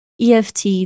eft